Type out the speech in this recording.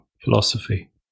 Philosophy